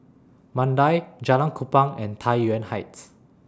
Mandai Jalan Kupang and Tai Yuan Heights